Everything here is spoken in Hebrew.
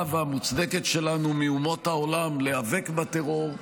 והמוצדקת שלנו מאומות העולם להיאבק בטרור,